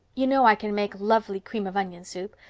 you know i can make lovely cream-of-onion soup.